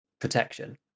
protection